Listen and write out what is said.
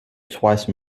twice